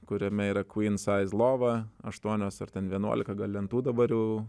kuriame yra kvyn saiz lova aštuonios ar ten vienuolika gal lentų jau